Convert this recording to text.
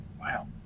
wow